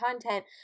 content